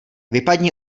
vypadni